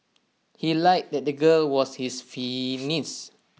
he lied that the girl was his niece